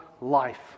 life